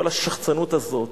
כל השחצנות הזאת,